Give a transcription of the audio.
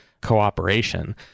cooperation